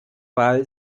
wahl